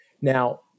Now